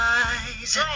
eyes